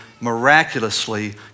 miraculously